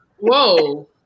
Whoa